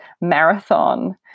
marathon